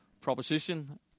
proposition